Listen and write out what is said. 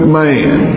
man